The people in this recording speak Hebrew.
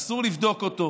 אסור לבדוק אותו,